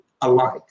alike